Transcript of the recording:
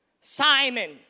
Simon